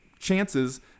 chances